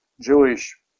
Jewish